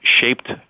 shaped